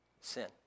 sin